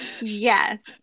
Yes